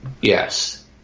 Yes